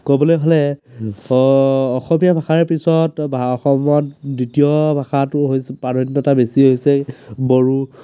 ক'বলৈ হ'লে অসমীয়া ভাষাৰ পিছত অসমত দ্বিতীয় ভাষাটো হৈছে প্ৰাধান্যতা বেছি হৈছে বড়ো